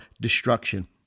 destruction